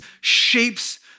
shapes